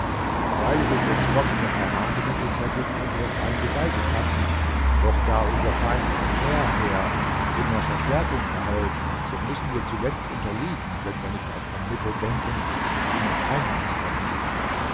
freilich ist uns gott der erhabene bisher gegen unsere feinde beigestanden doch da unser feind vom meer her immer verstärkung erhält so müssen wir zuletzt unterliegen wenn wir nicht auf ein mittel denken ihn auf einmal zu vernichten